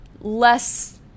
less